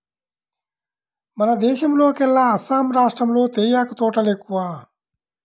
మన దేశంలోకెల్లా అస్సాం రాష్టంలో తేయాకు తోటలు ఎక్కువ